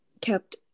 kept